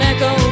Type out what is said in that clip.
Echo